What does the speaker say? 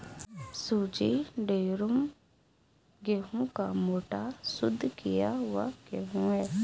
सूजी ड्यूरम गेहूं का मोटा, शुद्ध किया हुआ गेहूं है